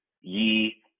ye